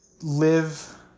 live